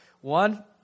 One